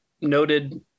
Noted